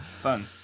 Fun